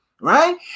right